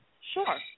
Sure